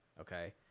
okay